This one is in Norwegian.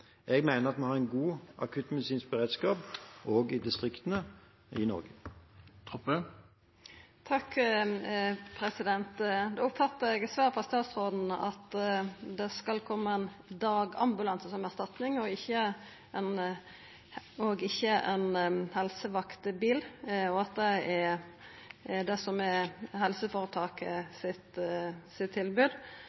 at vi har en god akuttmedisinsk beredskap i Norge – også i distriktene. Då oppfattar eg av svaret frå statsråden at det skal koma ein dagambulanse som erstatning, og ikkje ein helsevaktbil, at det er det som er tilbodet frå helseføretaket,